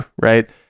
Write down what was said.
right